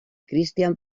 christian